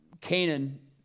Canaan